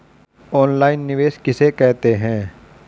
Online निवेश किसे कहते हैं?